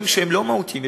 לדברים שהם לא מהותיים.